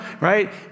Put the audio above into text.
Right